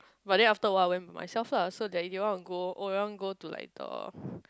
but then after awhile I went myself lah so that year you want to go oh you want go to like the